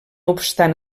obstant